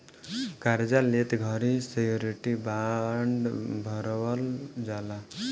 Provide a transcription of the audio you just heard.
कार्जा लेत घड़ी श्योरिटी बॉण्ड भरवल जाला